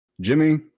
Jimmy